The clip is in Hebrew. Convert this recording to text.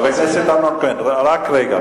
חבר הכנסת אמנון כהן, רק רגע.